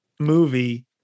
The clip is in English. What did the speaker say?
Movie